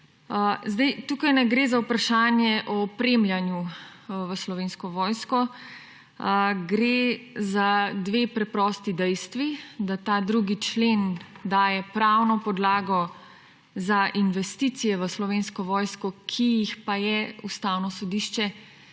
Tu ne gre za vprašanje opremljanja Slovenske vojske, gre za dve preprosti dejstvi. Ta 2. člen daje pravno podlago za investicije v Slovensko vojsko, ki pa jih je Ustavno sodišče